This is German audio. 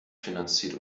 finanziert